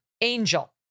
Angel